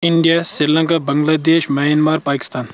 India Sri Lanka Bangladesh Myanmar Pakistan